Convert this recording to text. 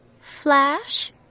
Flash